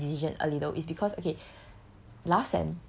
or like is swaying my decision a little is because okay